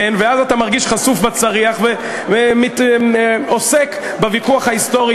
ואז אתה מרגיש חשוף בצריח ועוסק בוויכוח ההיסטורי